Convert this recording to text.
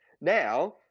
Now